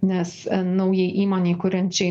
nes naujai įmonei kuriančiai